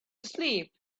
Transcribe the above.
asleep